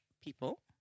people